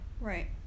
Right